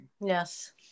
Yes